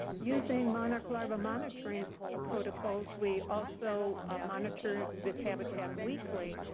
using monarch larva monitoring ah protocols we also monitor this habitat weekly.